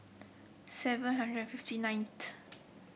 seven hundred fifty